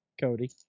Cody